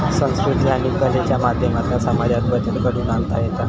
संकृती आणि कलेच्या माध्यमातना समाजात बदल घडवुन आणता येता